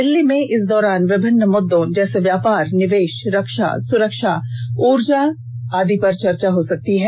दिल्ली में इस दौरान विभिन्न मुद्दों जैसे व्यापार निवेश रक्षा सुरक्षा ऊर्जा आदि पर चर्चा हो सकती है